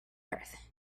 earth